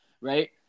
right